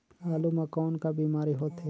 आलू म कौन का बीमारी होथे?